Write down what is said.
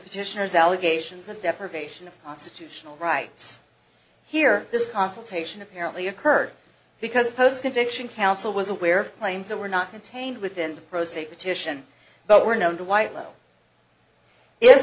position as allegations and deprivation of constitutional rights here this consultation apparently occurred because post conviction counsel was aware claims that were not contained within the procedure petition but were known to white low i